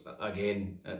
Again